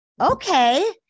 Okay